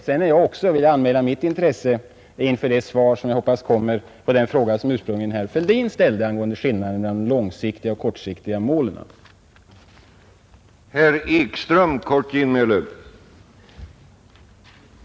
Sedan vill också jag anmäla mitt intresse för det svar som jag hoppas kommer på den fråga som ursprungligen herr Fälldin ställde angående skillnaden mellan de långsiktiga och de kortsiktiga målen i den ekonomiska politiken.